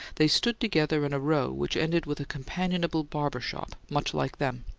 they stood together in a row which ended with a companionable barbershop, much like them.